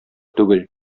түгел